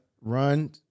run